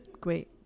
Great